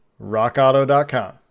rockauto.com